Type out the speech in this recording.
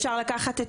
אפשר לקחת את